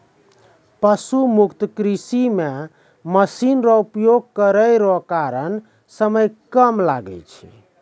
पशु मुक्त कृषि मे मशीन रो उपयोग करै रो कारण समय कम लागै छै